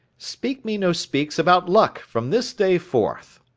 speaks me no speaks about luck, from this day forth.